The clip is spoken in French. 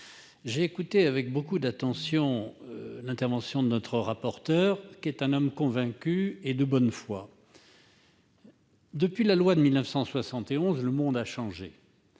J'ai écouté avec beaucoup d'attention l'intervention de notre rapporteur, qui est un homme convaincu et de bonne foi. Depuis la loi de 1971, le monde a changé.